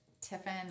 Tiffin